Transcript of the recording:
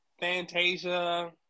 Fantasia